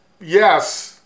yes